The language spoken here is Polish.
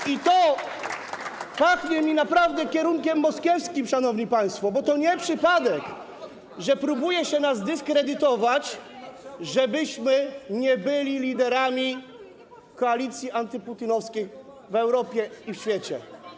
I to pachnie mi naprawdę kierunkiem moskiewskim, szanowni państwo, bo to nie przypadek, że próbuje się nas zdyskredytować, żebyśmy nie byli liderami koalicji antyputinowskiej w Europie i na świecie.